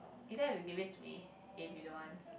you don't have to give it to me if you don't want